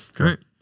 Okay